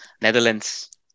Netherlands